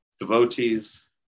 devotees